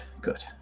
good